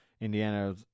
indiana